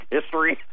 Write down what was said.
History